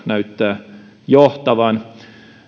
näyttää johtavan